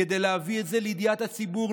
כדי להביא את זה לידיעת הציבור,